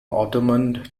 ottoman